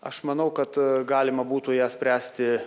aš manau kad galima būtų ją spręsti